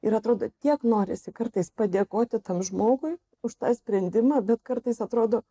ir atrodo tiek norisi kartais padėkoti tam žmogui už tą sprendimą bet kartais atrodo